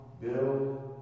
Bill